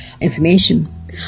information